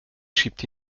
schiebt